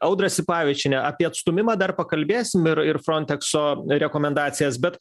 audra sipavičiene apie atstūmimą dar pakalbėsim ir ir frontekso rekomendacijas bet